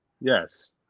yes